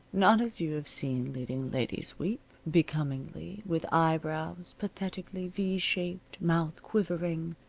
not as you have seen leading ladies weep, becomingly, with eyebrows pathetically v-shaped, mouth quivering,